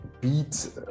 beat